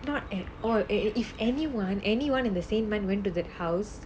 not at all eh if anyone anyone in the same month went to the house